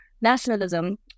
nationalism